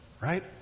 right